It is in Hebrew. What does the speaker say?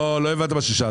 לא, לא הבנת מה ששאלתי.